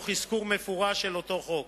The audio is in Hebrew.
תוך אזכור מפורש של אותו חוק.